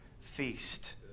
feast